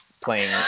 playing